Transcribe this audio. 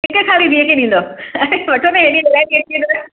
हिक साड़ी धीअ खे ॾींदव वठो न हेॾी वैरायटी अची वेंदव